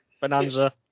Bonanza